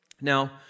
Now